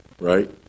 Right